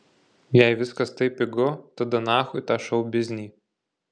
jei viskas taip pigu tada nachui tą šou biznį